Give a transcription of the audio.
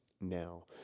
now